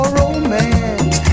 romance